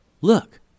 Look